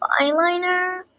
eyeliner